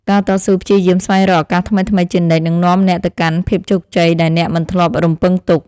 ការតស៊ូព្យាយាមស្វែងរកឱកាសថ្មីៗជានិច្ចនឹងនាំអ្នកទៅកាន់ភាពជោគជ័យដែលអ្នកមិនធ្លាប់រំពឹងទុក។